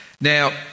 Now